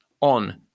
on